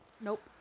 Nope